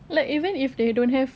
like even if they don't have